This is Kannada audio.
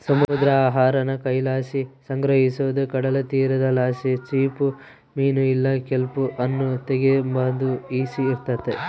ಸಮುದ್ರ ಆಹಾರಾನ ಕೈಲಾಸಿ ಸಂಗ್ರಹಿಸೋದು ಕಡಲತೀರದಲಾಸಿ ಚಿಪ್ಪುಮೀನು ಇಲ್ಲ ಕೆಲ್ಪ್ ಅನ್ನು ಎತಿಗೆಂಬಾದು ಈಸಿ ಇರ್ತತೆ